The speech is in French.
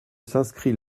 s’inscrit